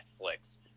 Netflix